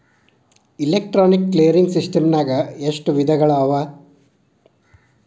Electronic clearing ಸಿಸ್ಟಮ್ನಾಗ ಎಷ್ಟ ವಿಧಗಳವ?